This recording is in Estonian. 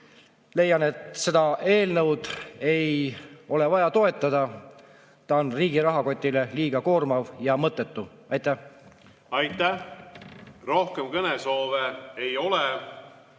leian, et seda eelnõu ei ole vaja toetada. Ta on riigi rahakotile liiga koormav ja mõttetu. Aitäh! Kõige tähtsam on see, et